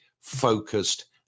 focused